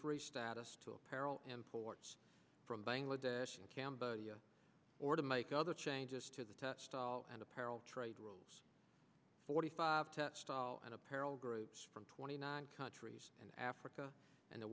a status to apparel imports from bangladesh in cambodia or to make other changes to the test style and apparel trade rules forty five textile and apparel groups from twenty nine countries in africa and the